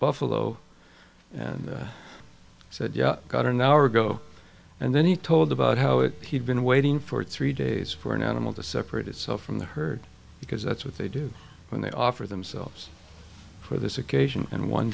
buffalo and said yeah i got an hour ago and then he told about how it he'd been waiting for three days for an animal to separate itself from the herd because that's what they do when they offer themselves for th